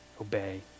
obey